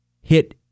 hit